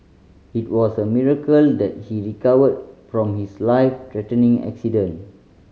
it was a miracle that he recovered from his life threatening accident